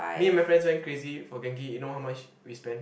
me and my friends went crazy for Genki you know how much we spend